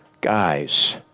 Guys